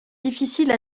difficile